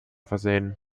versehen